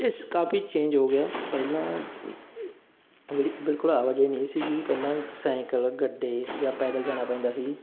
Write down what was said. ਇਸ ਕਾਫੀ ਚੇਂਜ ਹੋ ਗਿਆ ਪਹਿਲਾਂ ਜਿਹੜੀ ਬਿਲਕੁਲ ਆਵਾਜਾਈ ਨਹੀਂ ਸੀਗੀ ਪਹਿਲਾਂ ਸਾਈਕਲ ਗੱਡੇ ਜਾਂ ਪੈਦਲ ਜਾਣਾ ਪੈਂਦਾ ਸੀ ਜੀ